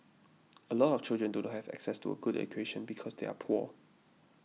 a lot of children do not have access to a good education because they are poor